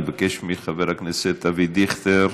אני אבקש מחבר הכנסת אבי דיכטר.